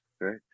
right